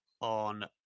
on